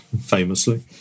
famously